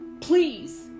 please